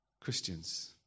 Christians